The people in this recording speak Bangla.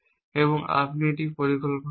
এবং আপনি এটি একটি পরিকল্পনা নয়